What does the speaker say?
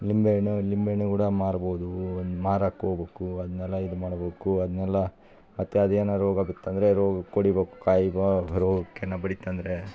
ನಿಂಬೆ ಹಣ್ಣು ನಿಂಬೆ ಹಣ್ಣು ಕೂಡ ಮಾರ್ಬೋದು ಮಾರೋಕ್ ಹೋಗ್ಬೋಕು ಅದನ್ನೆಲ್ಲ ಇದು ಮಾಡ್ಬೇಕು ಅದನ್ನೆಲ್ಲ ಮತ್ತು ಅದು ಏನು ರೋಗ ಬಿತ್ತಂದರೆ ರೋಗಕ್ಕೆ ಹೊಡಿಬೇಕ್ ಕಾಯಿಬಾ ರೋಗಕ್ಕೆ ಏನು ಬಡಿತಂದರೆ